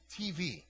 TV